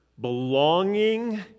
Belonging